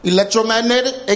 Electromagnetic